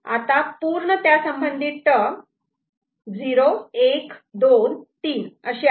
आता पूर्ण त्यासंबंधित टर्म 0 1 2 3 अशी आहे